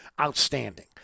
Outstanding